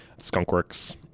Skunkworks